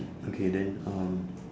okay then um